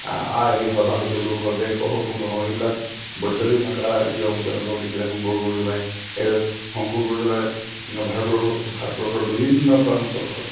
আহে' সভাসদ লোক দেখহ শুনহ এইবিলাক ব্ৰজাৱলী ভাষা যি অংকীয়া নাটত লিখিলে শংকৰ গুৰুজনাই এই শংকৰ গুৰুজনাই ভাৰতবৰ্ষৰ বিভিন্ন প্ৰান্তত